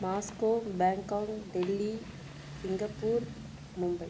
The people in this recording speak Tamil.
Moscow Bangkok Delhi Singapore Mumbai